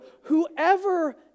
whoever